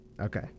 Okay